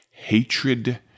Hatred